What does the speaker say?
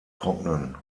trocknen